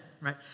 right